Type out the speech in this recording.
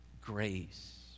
grace